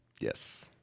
Yes